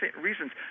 reasons